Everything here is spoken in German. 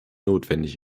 notwendig